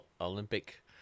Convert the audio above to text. Olympic